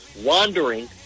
wandering